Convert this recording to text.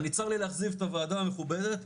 צר לי לאכזב את הוועדה המכובדת,